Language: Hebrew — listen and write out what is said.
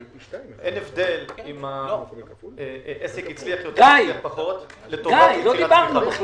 אין הבדל אם העסק הצליח יותר או פחות לטובת הצמיחה.